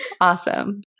Awesome